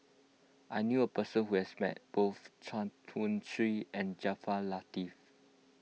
I knew a person who has met both Chuang Hui Tsuan and Jaafar Latiff